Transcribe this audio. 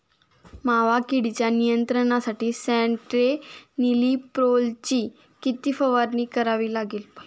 मावा किडीच्या नियंत्रणासाठी स्यान्ट्रेनिलीप्रोलची किती फवारणी करावी लागेल?